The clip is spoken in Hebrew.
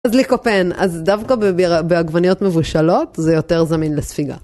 אז ליקופן, אז דווקא בעגבניות מבושלות זה יותר זמין לספיגה.